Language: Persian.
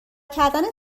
کردن